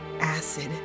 acid